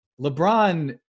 LeBron